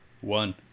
one